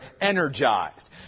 energized